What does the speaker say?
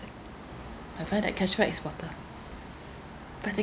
I find that cashback is better practice